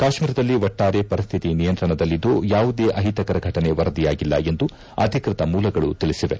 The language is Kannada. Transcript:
ಕಾಶ್ಮೀರದಲ್ಲಿ ಒಟ್ಟಾರೆ ಪರಿಸ್ಹಿತಿ ನಿಯಂತ್ರಣದಲ್ಲಿದ್ದು ಯಾವುದೇ ಅಹಿತಕರ ಘಟನೆ ವರದಿಯಾಗಿಲ್ಲ ಎಂದು ಅಧಿಕೃತ ಮೂಲಗಳು ತಿಳಿಸಿವೆ